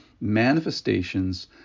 manifestations